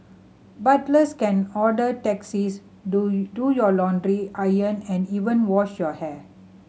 butlers can order taxis do do your laundry iron and even wash your hair